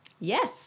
Yes